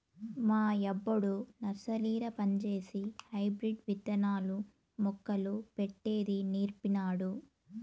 మా యబ్బొడు నర్సరీల పంజేసి హైబ్రిడ్ విత్తనాలు, మొక్కలు పెట్టేది నీర్పినాడు